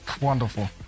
Wonderful